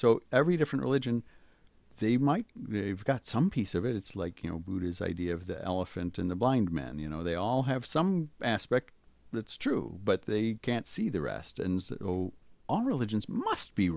so every different religion they might have got some piece of it it's like you know who it is idea of the elephant in the blind men you know they all have some aspect that's true but they can't see the rest and all religions must be